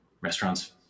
restaurants